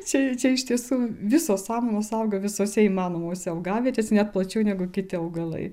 čia čia iš tiesų visos samanos auga visuose įmanomuose augavietėse net plačiau negu kiti augalai